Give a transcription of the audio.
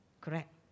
Correct